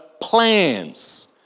plans